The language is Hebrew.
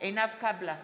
עינב קאבלה,